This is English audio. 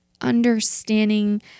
understanding